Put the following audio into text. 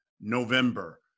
November